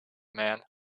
man